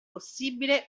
possibile